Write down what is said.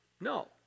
No